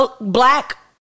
black